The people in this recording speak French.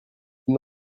ils